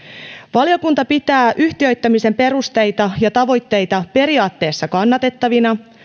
valiokunta pitää yhtiöittämisen perusteita ja tavoitteita periaatteessa kannatettavina